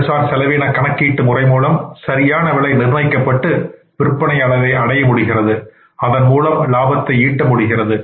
செயல்சார் செலவின கணக்கீட்டு முறை மூலம் சரியான விலை நிர்ணயிக்கப்பட்டு விற்பனை அளவை அடைய முடிகிறது அதன் மூலம் லாபத்தை ஈட்ட முடிகிறது